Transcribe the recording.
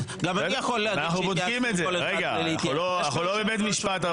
גם אני יכול להגיד שהתייעצו --- אבל אנחנו לא בבית משפט.